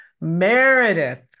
meredith